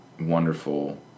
wonderful